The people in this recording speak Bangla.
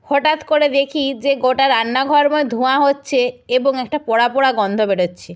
হটাৎ করে দেখি যে গোটা রান্নাঘরময় ধোঁয়া হচ্চে এবং একটা পোড়া পোড়া গন্ধ বেরোচ্ছে